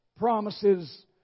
Promises